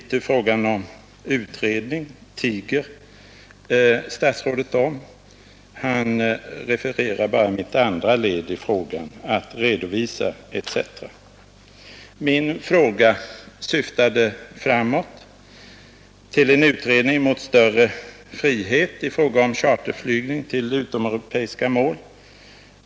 Beträffande frågan om utredning tiger statsrådet, och han refererar bara det andra ledet i min fråga. Min fråga syftade framåt mot en utredning till större frihet i fråga om charterflygning till utomeuropeiska mål.